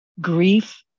Grief